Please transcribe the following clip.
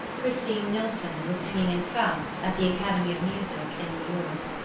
christine nilsson was singing in faust at the academy of music in new york.